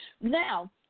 Now